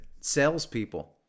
salespeople